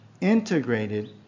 integrated